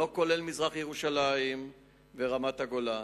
לא כולל מזרח-ירושלים ורמת-הגולן.